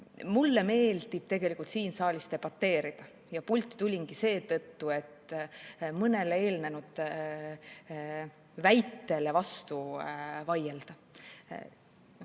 Mulle meeldib siin saalis debateerida ja pulti tulingi seetõttu, et mõnele eelnenud väitele vastu vaielda.